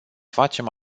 facem